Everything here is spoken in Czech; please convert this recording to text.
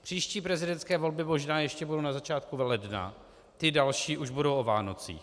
Příští prezidentské volby budou možná ještě na začátku ledna, ty další už budou o Vánocích.